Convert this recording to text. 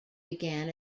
began